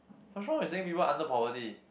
what's wrong with saying people under poverty